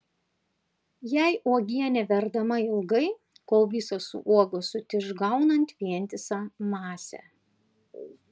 jei uogienė verdama ilgai kol visos uogos sutiš gaunant vientisą masę